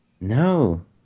No